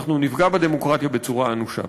אנחנו נפגע בדמוקרטיה בצורה אנושה.